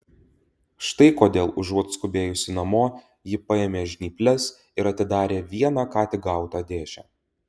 štai kodėl užuot skubėjusi namo ji paėmė žnyples ir atidarė vieną ką tik gautą dėžę